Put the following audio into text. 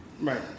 Right